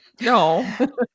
No